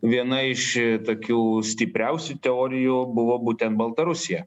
viena iš tokių stipriausių teorijų buvo būtent baltarusija